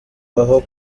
aho